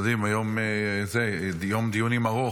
אתם יודעים, היום יום דיונים ארוך.